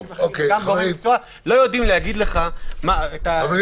אוקיי --- לא יודעים להגיד לך --- חברים,